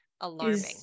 alarming